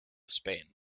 spain